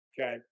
Okay